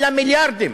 אלא מיליארדים.